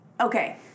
Okay